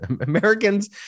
Americans